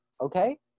okay